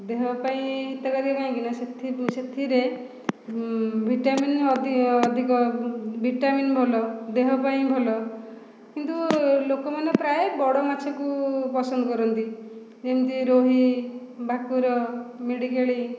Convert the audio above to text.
ଦେହ ପାଇଁ ହିତକାରୀ କାହିଁକିନା ସେଥିରେ ଭିଟାମିନ୍ ଅଧିକ ଅଧିକ ଭିଟାମିନ୍ ଭଲ ଦେହ ପାଇଁ ଭଲ କିନ୍ତୁ ଲୋକମାନେ ପ୍ରାୟ ବଡ଼ ମାଛକୁ ପସନ୍ଦ କରନ୍ତି ଯେମିତି ରୋହି ଭାକୁର ମିରିକାଳି